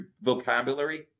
vocabulary